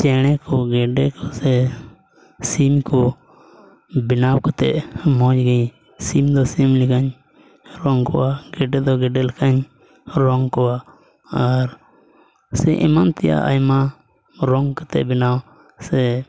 ᱪᱮᱬᱮ ᱠᱚ ᱜᱮᱰᱮ ᱠᱚᱥᱮ ᱥᱤᱢ ᱠᱚ ᱵᱮᱱᱟᱣ ᱠᱟᱛᱮᱫ ᱢᱚᱡᱽ ᱜᱮ ᱥᱤᱢ ᱫᱚ ᱥᱤᱢ ᱞᱮᱠᱟᱧ ᱨᱚᱝ ᱠᱚᱣᱟ ᱜᱮᱰᱮ ᱫᱚ ᱜᱮᱰᱮ ᱞᱮᱠᱟᱧ ᱨᱚᱝ ᱠᱚᱣᱟ ᱟᱨ ᱥᱮ ᱮᱢᱟᱱ ᱛᱮᱭᱟᱜ ᱟᱭᱢᱟ ᱨᱚᱝ ᱠᱟᱛᱮᱫ ᱵᱮᱱᱟᱣ ᱥᱮ